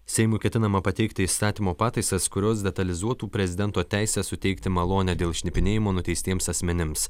seimui ketinama pateikti įstatymo pataisas kurios detalizuotų prezidento teisę suteikti malonę dėl šnipinėjimo nuteistiems asmenims